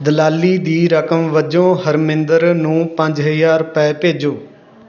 ਦਲਾਲੀ ਦੀ ਰਕਮ ਵਜੋਂ ਹਰਮਿੰਦਰ ਨੂੰ ਪੰਜ ਹਜ਼ਾਰ ਰੁਪਏ ਭੇਜੋ